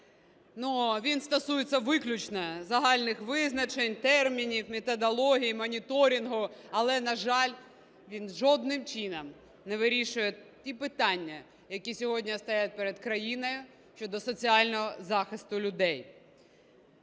він стосується виключно загальних визначень, термінів, методологій, моніторингу, але, на жаль, він жодним чином не вирішує ті питання, які сьогодні стоять перед країною щодо соціального захисту людей.